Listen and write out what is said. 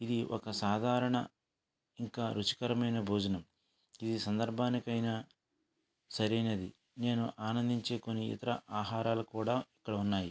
ఇది ఒక సాధారణ ఇంకా రుచికరమైన భోజనం ఏ సందర్భానికైనా సరైనది నేను ఆనందించే కొన్ని ఇతర ఆహారాలు కూడా అక్కడ ఉన్నాయి